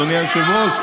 אדוני היושב-ראש?